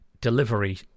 delivery